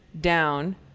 down